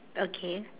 okay